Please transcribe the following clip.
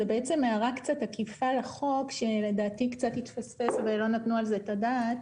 זו הערה קצת עקיפה לחוק שלדעתי קצת התפספס ולא נתנו על זה את הדעת: